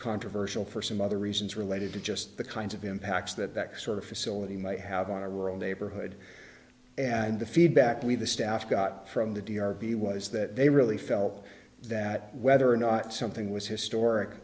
controversial for some other reasons related to just the kinds of impacts that that sort of facility might have on a rural neighborhood and the feedback we the staff got from the d r v was that they really felt that whether or not something was